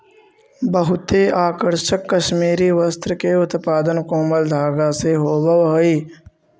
बहुते आकर्षक कश्मीरी वस्त्र के उत्पादन कोमल धागा से होवऽ हइ